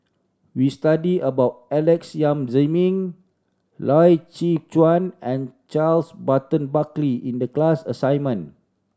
we studied about Alex Yam Ziming Loy Chye Chuan and Charles Burton Buckley in the class assignment